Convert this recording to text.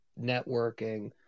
networking